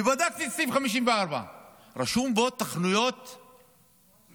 ובדקתי את סעיף 54. רשום בו: תוכניות חומש.